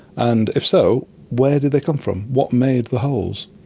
and if so where did they come from, what made the holes?